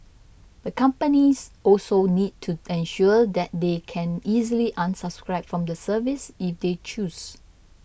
the companies also need to ensure that they can easily unsubscribe from the service if they choose